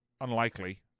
unlikely